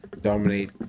dominate